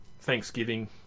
Thanksgiving